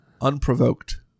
unprovoked